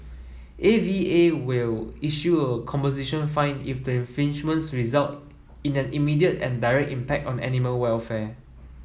A V A will issue a composition fine if the infringements result in an immediate and direct impact on animal welfare